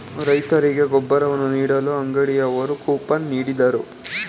ರೈತರಿಗೆ ಗೊಬ್ಬರವನ್ನು ನೀಡಲು ಅಂಗಡಿಯವರು ಕೂಪನ್ ನೀಡಿದರು